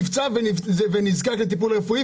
נפצע ונזקק לטיפול רפואי,